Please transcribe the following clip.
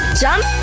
jump